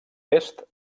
est